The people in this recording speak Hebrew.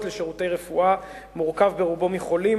לשירותי רפואה מורכב ברובו מחולים,